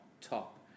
top